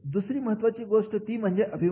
दुसरी महत्त्वाची गोष्ट आहे ती म्हणजे अभिमान